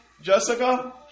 Jessica